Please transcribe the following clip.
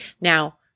Now